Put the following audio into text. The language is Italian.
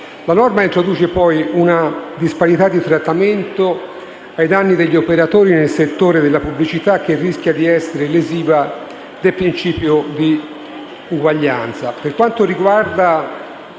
La norma introduce, poi, una disparità di trattamento ai danni degli operatori nel settore della pubblicità, che rischia di essere lesiva del principio di uguaglianza.